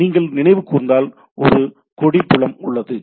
நீங்கள் நினைவு கூர்ந்தால் ஒரு கொடி புலம் உள்ளது